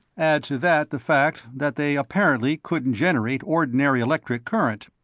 add to that the fact that they apparently couldn't generate ordinary electric current.